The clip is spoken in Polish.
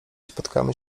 spotkamy